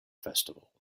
festival